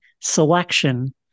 selection